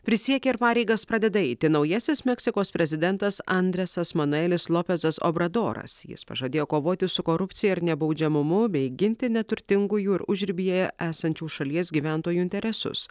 prisiekė ir pareigas pradeda eiti naujasis meksikos prezidentas andresas manuelis lopezas obradoras jis pažadėjo kovoti su korupcija ir nebaudžiamumu bei ginti neturtingųjų ir užribyje esančių šalies gyventojų interesus